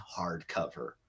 hardcover